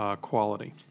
quality